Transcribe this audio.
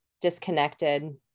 disconnected